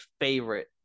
favorite